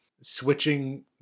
switching